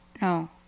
No